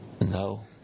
No